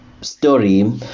story